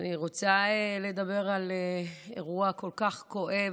אני רוצה לדבר על אירוע כל כך כואב,